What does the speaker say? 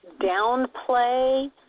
downplay